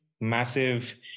massive